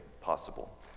possible